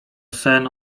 sen